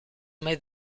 made